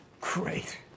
great